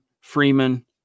Freeman